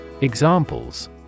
Examples